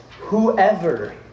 whoever